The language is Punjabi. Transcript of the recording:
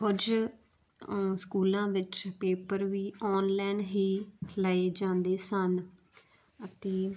ਕੁਝ ਸਕੂਲਾਂ ਵਿੱਚ ਪੇਪਰ ਵੀ ਆਨਲਾਈਨ ਹੀ ਲਏ ਜਾਂਦੇ ਸਨ ਅਤੇ